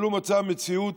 אבל הוא מצא מציאות